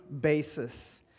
basis